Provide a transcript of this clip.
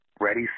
ready